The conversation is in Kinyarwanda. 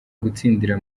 gutsindira